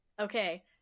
Okay